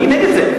אני נגד זה.